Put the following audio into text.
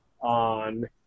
on